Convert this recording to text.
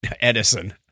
Edison